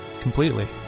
completely